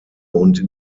und